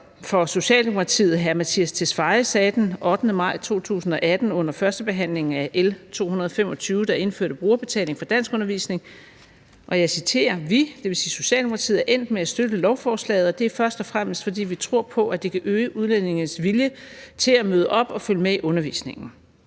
for Socialdemokratiet hr. Mattias Tesfaye sagde den 8. maj 2018 under førstebehandlingen af L 225, der indførte brugerbetaling for danskundervisning: »Men vi« – dvs. Socialdemokratiet – »er endt med at støtte lovforslaget, og det er først og fremmest, fordi vi tror på, at det kan øge udlændinges vilje til at møde op og følge med i undervisningen